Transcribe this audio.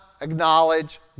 acknowledge